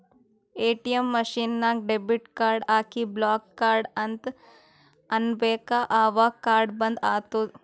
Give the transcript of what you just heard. ATM machine ನಾಗ್ debit card ಹಾಕಿ block card ಅಂತ್ ಅನ್ಬೇಕ ಅವಗ್ ಕಾರ್ಡ ಬಂದ್ ಆತ್ತುದ್